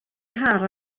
car